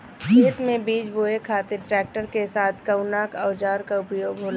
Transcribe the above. खेत में बीज बोए खातिर ट्रैक्टर के साथ कउना औजार क उपयोग होला?